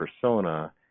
persona